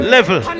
Level